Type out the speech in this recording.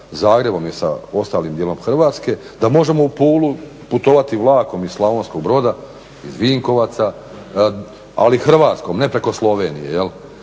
Zagrebom i sa ostalim dijelom Hrvatske da možemo u Pulu putovati vlakom iz Slavonskog Broda, iz Vinkovaca ali Hrvatskom, ne preko Slovenije.